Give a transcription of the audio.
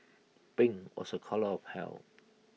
pink was A colour of health